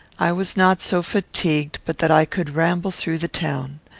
i was not so fatigued but that i could ramble through the town.